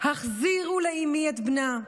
החזירו לאימי את בנה,